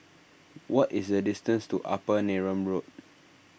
what is the distance to Upper Neram Road